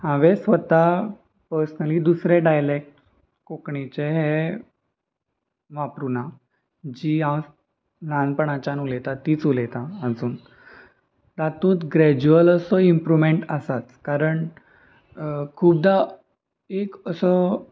हांवें स्वता पर्सनली दुसरे डायलेक्ट कोंकणीचे हे वापरुना जी हांव ल्हानपणाच्यान उलयतां तीच उलयतां आजून तातूंत ग्रेज्युअल असो इम्प्रूवमेंट आसाच कारण खुबदा एक असो